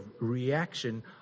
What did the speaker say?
reaction